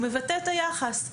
התגמול מבטא את היחס.